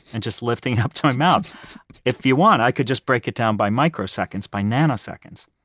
and just lifting it up to my mouth if you want, i could just break it down by microseconds, by nanoseconds,